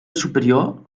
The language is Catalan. superior